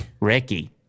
Ricky